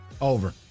Over